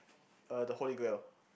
uh the holy grail